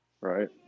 right